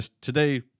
today